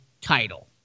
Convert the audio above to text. title